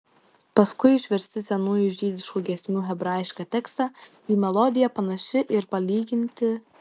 paskui išversti senųjų žydiškų giesmių hebrajišką tekstą jų melodija panaši ir palyginti